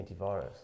antivirus